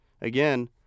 again